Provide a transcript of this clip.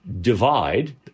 divide